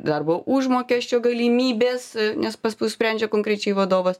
darbo užmokesčio galimybės nes pas mus sprendžia konkrečiai vadovas